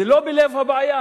זה לא בלב הבעיה.